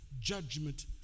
judgment